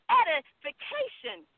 edification